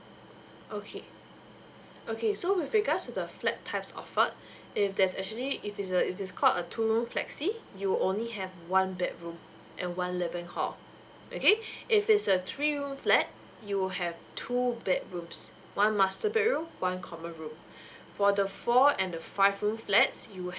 okay okay so with regards to the flat types offered if there's actually if it's a it's called a two room flexi you only have one bedroom and one living hall okay if it's a three room flat you have two bedrooms one master bedroom one common room for the four and the five room flats you would